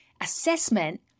assessment